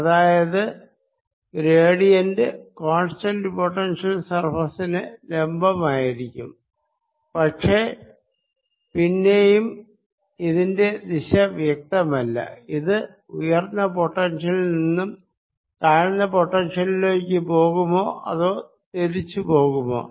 അതായത് gradient constant potential സർഫേസിന് ലംബമായിരിക്കും പക്ഷെ പിന്നെയും ഇതിന്റെ ദിശ വ്യക്തമല്ല ഇത് ഉയർന്ന പൊട്ടൻഷ്യലിൽ നിന്നും താഴ്ന്ന പൊട്ടൻഷ്യലിലേക്ക് പോകുമോ അതോ തിരിച്ച് പോകുമോ